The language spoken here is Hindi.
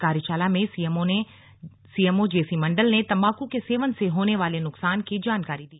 कार्यशाला में सीएमओ जे सी मंडल ने तंबाकू के सेवन से होने वाले नुकसान की जानकारी दी